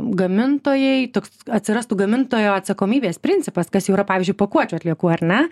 gamintojai toks atsirastų gamintojo atsakomybės principas kas jau yra pavyzdžiui pakuočių atliekų ar ne